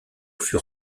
fut